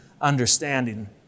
understanding